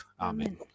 Amen